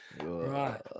Right